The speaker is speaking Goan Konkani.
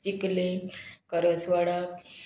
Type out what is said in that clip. चिकले करसवाडा